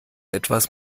etwas